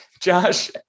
Josh